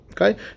Okay